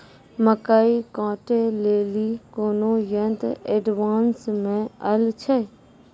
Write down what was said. मकई कांटे ले ली कोनो यंत्र एडवांस मे अल छ?